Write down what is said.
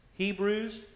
Hebrews